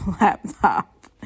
laptop